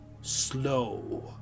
slow